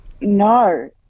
No